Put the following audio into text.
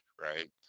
Right